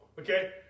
Okay